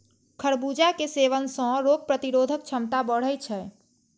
खरबूजा के सेवन सं रोग प्रतिरोधक क्षमता बढ़ै छै